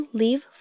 leave